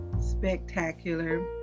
spectacular